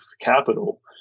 capital